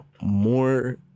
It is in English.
more